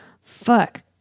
Fuck